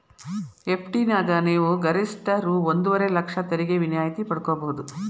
FD ನ್ಯಾಗ ನೇವು ಗರಿಷ್ಠ ರೂ ಒಂದುವರೆ ಲಕ್ಷ ತೆರಿಗೆ ವಿನಾಯಿತಿ ಪಡ್ಕೊಬಹುದು